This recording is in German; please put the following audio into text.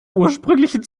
ursprünglichen